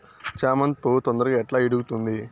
చామంతి పువ్వు తొందరగా ఎట్లా ఇడుగుతుంది?